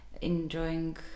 enjoying